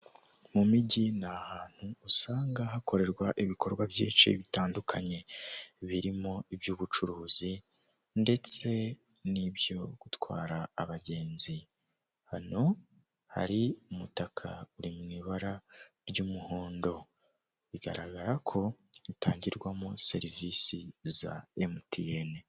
Mu mijyi ni ahantu usanga hakorerwa ibikorwa byinshi bitandukanye birimo iby'ubucuruzi ndetse n'ibyo gutwara abagenzi hano hari umutaka uri mu ibara ry'umuhondo bigaragara ko utangirwamo serivisi za MTN .